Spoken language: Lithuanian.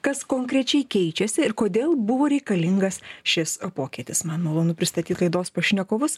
kas konkrečiai keičiasi ir kodėl buvo reikalingas šis pokytis man malonu pristatyt laidos pašnekovus